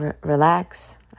relax